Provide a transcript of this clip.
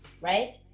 right